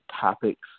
topics